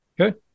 Okay